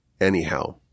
anyhow